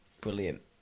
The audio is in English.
brilliant